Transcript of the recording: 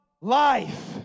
life